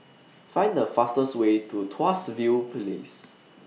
Find The fastest Way to Tuas View Place